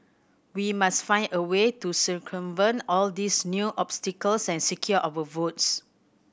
we must find a way to circumvent all these new obstacles and secure our votes